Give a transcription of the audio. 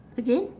again